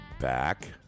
back